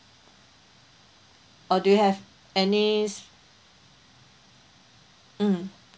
or do you have any mm